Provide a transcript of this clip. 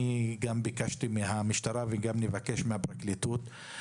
ביקשתי מן המשטרה וגם נבקש מן הפרקליטות,